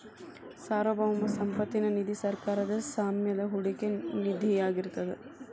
ಸಾರ್ವಭೌಮ ಸಂಪತ್ತ ನಿಧಿ ಸರ್ಕಾರದ್ ಸ್ವಾಮ್ಯದ ಹೂಡಿಕೆ ನಿಧಿಯಾಗಿರ್ತದ